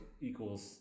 equals